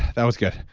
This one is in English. that was good.